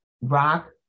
Rock